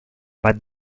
but